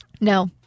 No